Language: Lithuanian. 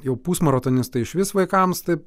jau pusmaratoninis tai išvis vaikams taip